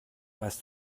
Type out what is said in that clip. weißt